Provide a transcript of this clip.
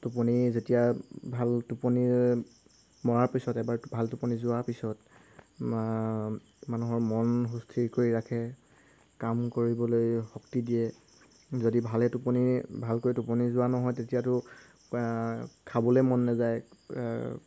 টোপনি যেতিয়া ভাল টোপনি মৰাৰ পিছত এবাৰ ভাল টোপনি যোৱাৰ পিছত মানুহৰ মন সুস্থিৰ কৰি ৰাখে কাম কৰিবলৈ শক্তি দিয়ে যদি ভালে টোপনি ভালকৈ টোপনি যোৱা নহয় তেতিয়াতো খাবলৈ মন নাযায়